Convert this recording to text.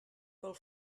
pel